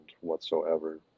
whatsoever